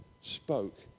spoke